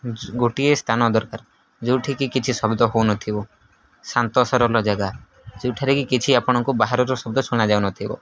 ଗୋଟିଏ ସ୍ଥାନ ଦରକାର ଯୋଉଠିକି କିଛି ଶବ୍ଦ ହେଉନଥିବ ଶାନ୍ତ ସରଲ ଜାଗା ଯେଉଁଠାରେ କିି କିଛି ଆପଣଙ୍କୁ ବାହାରର ଶବ୍ଦ ଶୁଣାଯାଉନଥିବ